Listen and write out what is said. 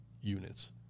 units